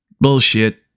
Bullshit